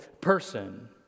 person